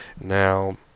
Now